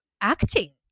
acting